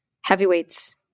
Heavyweights